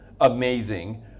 Amazing